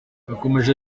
yakomeje